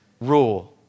rule